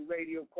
Radio